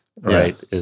right